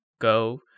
go